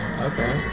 Okay